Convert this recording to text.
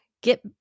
get